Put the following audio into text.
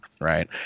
Right